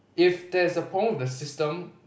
if there's a problem with the system